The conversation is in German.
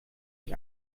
ich